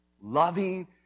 loving